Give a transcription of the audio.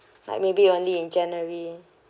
like maybe only in january